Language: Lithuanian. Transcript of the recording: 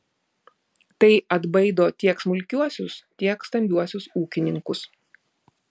tai atbaido tiek smulkiuosius tiek stambiuosius ūkininkus